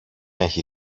έχει